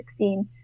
2016